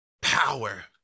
power